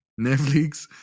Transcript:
Netflix